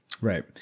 Right